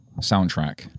soundtrack